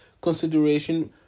consideration